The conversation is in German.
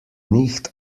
nicht